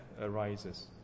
arises